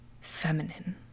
feminine